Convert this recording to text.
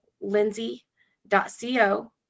lindsay.co